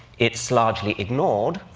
it's largely ignored.